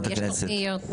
יש פה פניות.